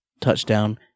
touchdown